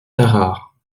tarare